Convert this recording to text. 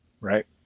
right